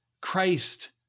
Christ